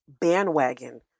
Bandwagon